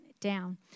down